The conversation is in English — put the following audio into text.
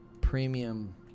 Premium